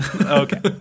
Okay